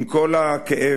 עם כל הכאב,